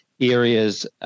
areas